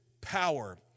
power